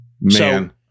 Man